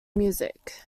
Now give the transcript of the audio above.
music